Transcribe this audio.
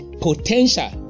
potential